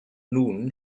nun